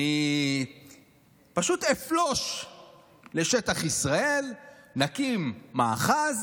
אני פשוט אפלוש לשטח ישראל, נקים מאחז